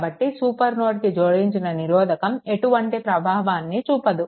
కాబట్టి సూపర్ నోడ్కి జోడించిన నిరోధకం ఎటువంటి ప్రభావాన్ని చూపదు